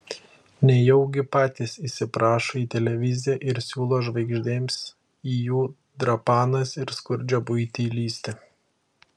nejaugi patys įsiprašo į televiziją ir siūlo žvaigždėms į jų drapanas ir skurdžią buitį įlįsti